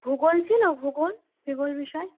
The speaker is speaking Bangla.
ভূগোল ছিল ভূগোল ভূগোল বিষয়